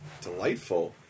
Delightful